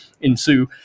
ensue